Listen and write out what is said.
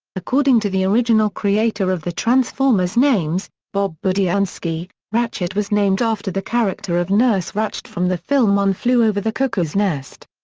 according to the original creator of the transformers names, bob budiansky, ratchet was named after the character of nurse ratched from the film one flew over the cuckoo's nest.